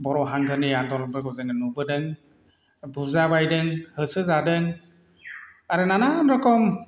बर' हांखोनि आनदालनफोरखौ जोङो नुबोदों बुजाबायदों होसोजादों आरो नानान रखम